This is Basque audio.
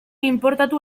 inportatu